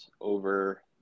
over